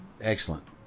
excellent